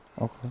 Okay